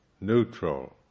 neutral